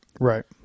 Right